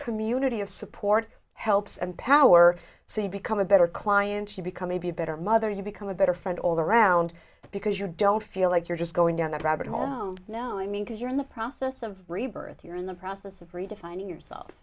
community of support helps and power so you become a better client you become a better mother you become a better friend all around because you don't feel like you're just going down that rabbit hole no i mean because you're in the process of rebirth you're in the process of redefining yourself